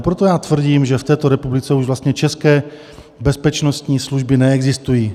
Proto tvrdím, že v této republice už vlastně české bezpečnostní služby neexistují.